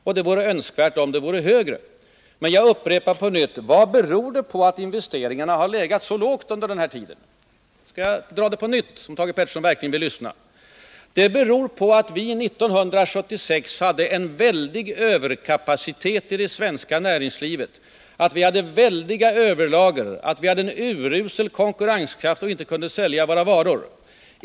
Men det vore önskvärt om den kunde bli högre. Jag frågar på nytt: Vad beror det på att investeringarna har legat så lågt under denna tid? Skall jag dra svaret igen, om Thage Peterson verkligen vill lyssna? Det beror på att vi 1976 hade en väldig överkapacitet i det svenska näringslivet, stora överlager samt en urusel konkurrenskraft och inte kunde sälja våra varor.